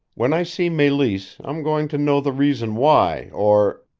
when i see meleese i'm going to know the reason why, or